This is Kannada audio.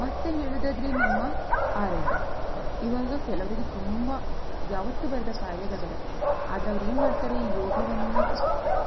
ಮತ್ತೆ ಹೇಳುವುದಾದ್ರೆ ನಮ್ಮ ಆರೋಗ್ಯ ಈವಾಗ ಕೆಲವರಿಗೆ ತುಂಬ ಯಾವತ್ತೂ ಬರದ ಕಾಯಿಲೆಗಳು ಬರತ್ತೆ ಆದರೆ ಅವರೇನು ಮಾಡ್ತಾರೆ ಈ ಯೋಗವನ್ನು